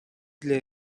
для